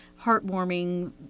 heartwarming